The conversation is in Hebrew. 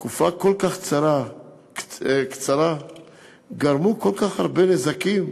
בתקופה כל כך קצרה גרמו כל כך הרבה נזקים,